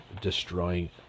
destroying